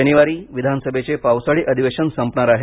शनिवारी विधानसभेचे पावसाळी अधिवेशन संपणार आहे